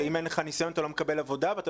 שאם אין לך ניסיון אתה לא מקבל עבודה ואתה